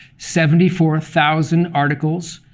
seventy four thousand articles.